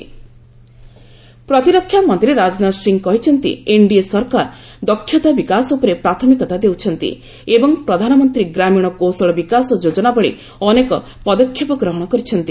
ରାଜନାଥ ସିଂ ପ୍ରତିରକ୍ଷା ମନ୍ତ୍ରୀ ରାଜନାଥ ସିଂ କହିଛନ୍ତି ଏନଡିଏ ସରକାର ଦକ୍ଷତା ବିକାଶ ଉପରେ ପ୍ରାଥମିକତା ଦେଉଛନ୍ତି ଏବଂ ପ୍ରଧାନମନ୍ତ୍ରୀ ଗ୍ରାମୀଣ କୌଶଳ ବିକାଶ ଯୋଜନା ଭଳି ଅନେକ ପଦକ୍ଷେପ ଗ୍ରହଣ କରିଛନ୍ତି